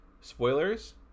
Spoilers